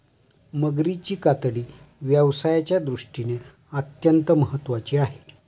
मगरीची कातडी व्यवसायाच्या दृष्टीने अत्यंत महत्त्वाची आहे